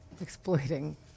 Exploiting